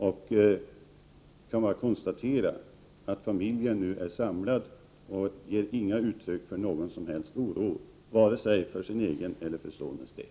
Jag kan bara konstatera att familjen nu är samlad och att man inte ger något som helst uttryck för oro, vare sig för familjens eller för sonens del.